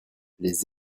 les